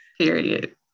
Period